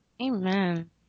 Amen